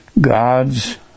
gods